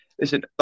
Listen